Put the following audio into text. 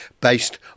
based